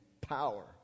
power